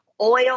oil